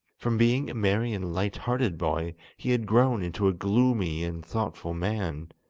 from being a merry and light-hearted boy, he had grown into a gloomy and thoughtful man.